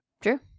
True